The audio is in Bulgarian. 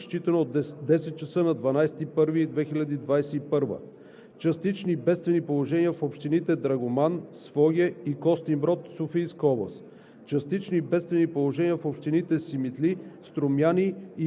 частично бедствено положение в град Белово, област Пазарджик, считано от 10,00 ч. на 12 януари 2021 г.; частични бедствени положения в общините Драгоман, Своге и Костинброд, Софийска област;